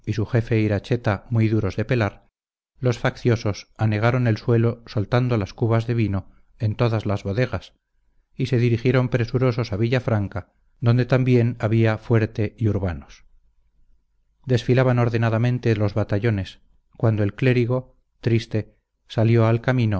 su jefe iracheta muy duros de pelar los facciosos anegaron el suelo soltando las cubas de vino en todas las bodegas y se dirigieron presurosos a villafranca donde también había fuerte y urbanos desfilaban ordenadamente los batallones cuando el clérigo triste salió al